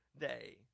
day